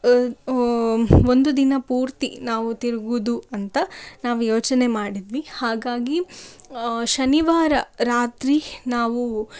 ಒಂದು ದಿನ ಪೂರ್ತಿ ನಾವು ತಿರುಗೋದು ಅಂತ ನಾವು ಯೋಚನೆ ಮಾಡಿದ್ವಿ ಹಾಗಾಗಿ ಶನಿವಾರ ರಾತ್ರಿ ನಾವು